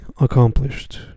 accomplished